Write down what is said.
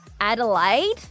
Adelaide